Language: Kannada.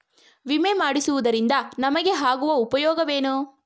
ವಿಮೆ ಮಾಡಿಸುವುದರಿಂದ ನಮಗೆ ಆಗುವ ಉಪಯೋಗವೇನು?